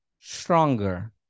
stronger